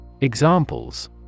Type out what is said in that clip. Examples